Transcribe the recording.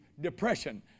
depression